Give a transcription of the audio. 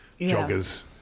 joggers